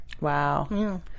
wow